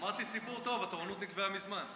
אמרתי, סיפור טוב, התורנות נקבעה מזמן.